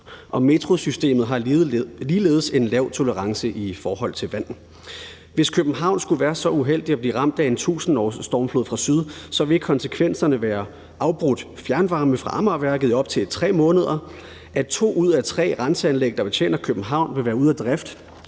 Og metrosystemet har ligeledes en lav tolerance i forhold til vand. Hvis København skulle være så uheldig at blive ramt af en 1.000-årsstormflod fra syd, vil konsekvenserne være afbrudt fjernvarme fra Amagerværket i op til 3 måneder, at to ud af tre renseanlæg, der betjener København, vil være ude af drift